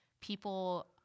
people